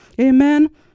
Amen